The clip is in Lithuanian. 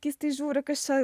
keistai žiūri kas čia